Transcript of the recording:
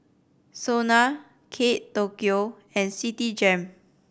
SONA Kate Tokyo and Citigem